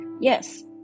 yes